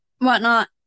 whatnot